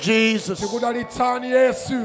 Jesus